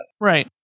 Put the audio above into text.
Right